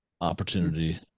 opportunity